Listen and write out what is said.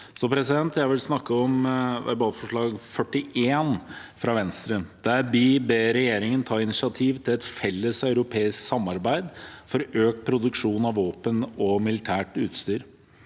det også nå. Jeg vil snakke om verbalforslag nr. 41, fra Venstre, der vi ber regjeringen ta initiativ til et felles europeisk samarbeid for økt produksjon av våpen og militært utstyr.